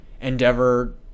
Endeavor